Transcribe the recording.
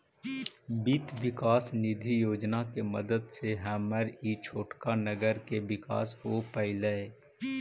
वित्त विकास निधि योजना के मदद से हमर ई छोटका नगर के विकास हो पयलई